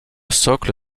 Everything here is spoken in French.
socle